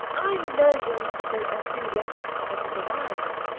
i know you are not so enthusiastic about it as i am,